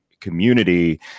community